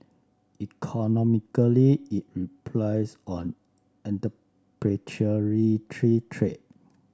economically it replies on entrepreneurial tree trade